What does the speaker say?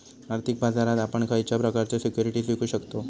आर्थिक बाजारात आपण खयच्या प्रकारचे सिक्युरिटीज विकु शकतव?